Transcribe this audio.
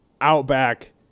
Outback